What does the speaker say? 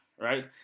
right